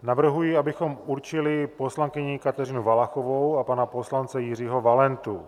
Navrhuji, abychom určili poslankyni Kateřinu Valachovou a pana poslance Jiřího Valentu.